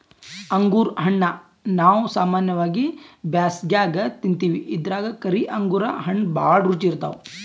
ಅಂಗುರ್ ಹಣ್ಣಾ ನಾವ್ ಸಾಮಾನ್ಯವಾಗಿ ಬ್ಯಾಸ್ಗ್ಯಾಗ ತಿಂತಿವಿ ಇದ್ರಾಗ್ ಕರಿ ಅಂಗುರ್ ಹಣ್ಣ್ ಭಾಳ್ ರುಚಿ ಇರ್ತವ್